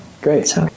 Great